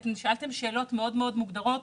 כי אתם שאלתם שאלות מאוד מאוד מוגדרות.